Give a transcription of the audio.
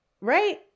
Right